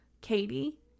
Katie